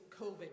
covid